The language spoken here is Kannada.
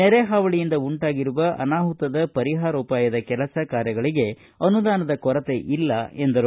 ನೆರೆ ಹಾವಳಿಯಿಂದ ಉಂಟಾಗಿರುವ ಅನಾಹುತದ ಪರಿಹಾರೋಪಾಯದ ಕೆಲಸ ಕಾರ್ಯಗಳಿಗೆ ಅನುದಾನದ ಕೊರತೆ ಇಲ್ಲ ಎಂದರು